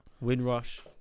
Windrush